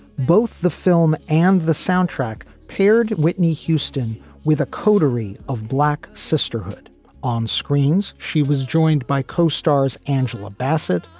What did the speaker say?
both the film and the soundtrack paired whitney houston with a coterie of black sisterhood on screens. she was joined by co-stars angela bassett,